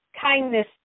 kindness